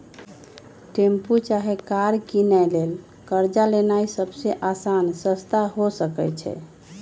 tempo चाहे car किनै लेल कर्जा लेनाइ सबसे अशान रस्ता हो सकइ छै